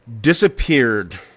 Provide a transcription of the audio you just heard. disappeared